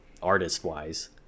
Artist-wise